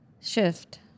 shift